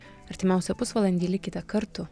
artimiausią pusvalandį likite kartu